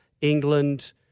England